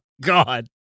God